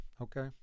Okay